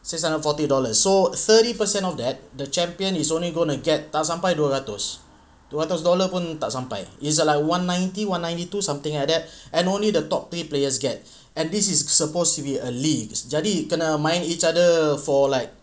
six hundred forty dollars so thirty percent of that the champion is only gonna get tak sampai dua ratus dua ratus dollar pun tak sampai it's like one ninety one ninety two something like that and only the top three players get and this is supposed to be a league jadi kena main each other for like